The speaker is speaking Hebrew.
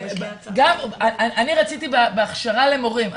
אני רציתי בהכשרה למורים,